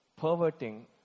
perverting